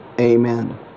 amen